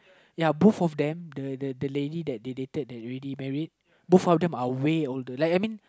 ya both of them the the the lady that they dated that already married both of them are way older like I mean